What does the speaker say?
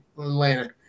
Atlanta